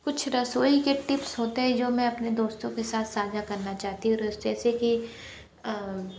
कुछ रसोई के टिप्स होते है जो मैं अपने दोस्तों के साथ साझा करना चाहती हूँ जैसे की